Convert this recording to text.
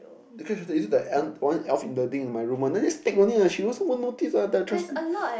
is it the un~ one elf in the thing in my room one that just take only lah she won't notice what that trans~